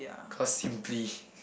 because simply